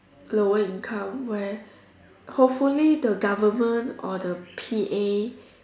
lower income where hopefully the government or the P_A